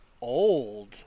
old